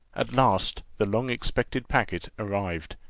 at last, the long-expected packet arrived.